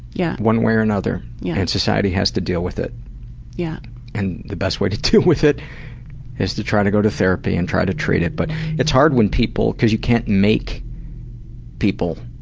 yeah one way or another. yeah and society has to deal with it yeah and the best way to deal with it is to try to go to therapy and try to treat it but it's hard when people, because you can't make people